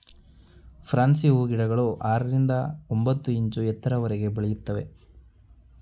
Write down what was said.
fancy ಹೂಗಿಡಗಳು ಆರರಿಂದ ಒಂಬತ್ತು ಇಂಚು ಎತ್ತರದವರೆಗೆ ಬೆಳಿತವೆ